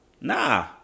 nah